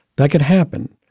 that could happen.